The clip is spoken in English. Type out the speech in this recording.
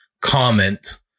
comment